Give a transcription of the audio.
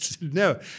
No